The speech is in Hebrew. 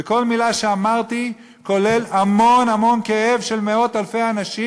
וכל מילה שאמרתי כוללת המון המון כאב של מאות-אלפי אנשים